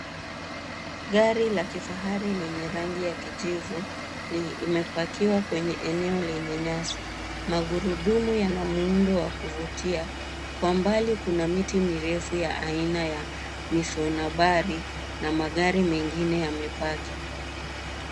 Gari la kifahari lenye rangi ya kijivu imepakiwa kwenye eneo lenye nyasi. Magurudumu yana muundo wa kuvutia. Kwa mbali kuna miti mirefu ya aina ya misonabari na magari mengine yamebaki.